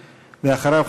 ואחריו,